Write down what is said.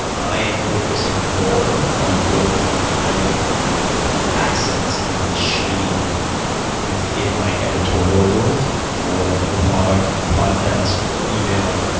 i am focusing more on building my assets and machine within my editorial world for the blog, for the podcast, for email,